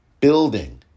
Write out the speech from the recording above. building